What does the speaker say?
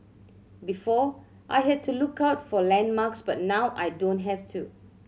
before I had to look out for landmarks but now I don't have to